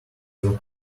will